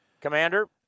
Commander